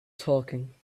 talking